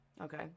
Okay